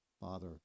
father